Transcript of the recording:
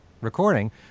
recording